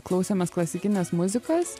klausėmės klasikinės muzikos